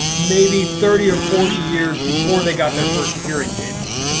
maybe thirty or forty years before they got their first hearing aids.